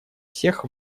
всех